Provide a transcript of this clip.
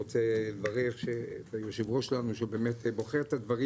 אני רוצה לברך את יושב הראש שלנו שבאמת בוחר את הדברים